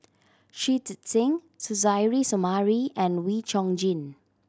Shui Tit Sing Suzairhe Sumari and Wee Chong Jin